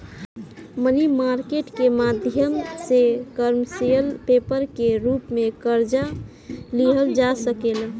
मनी market के माध्यम से कमर्शियल पेपर के रूप में कर्जा लिहल जा सकेला